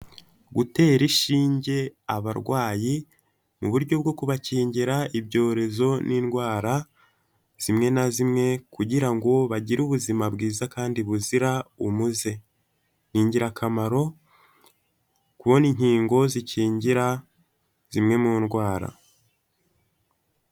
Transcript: Gutera inshinge abarwayi, mu buryo bwo kubakingira ibyorezo n'indwara zimwe na zimwe kugira ngo bagire ubuzima bwiza kandi buzira umuze, ni ingirakamaro kubona inkingo zikingira zimwe mu ndwara.